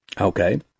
Okay